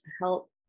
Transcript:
help